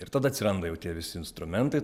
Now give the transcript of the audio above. ir tada atsiranda jau tie visi instrumentai